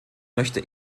möchte